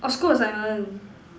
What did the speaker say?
of course I want